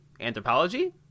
anthropology